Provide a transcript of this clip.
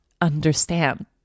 understand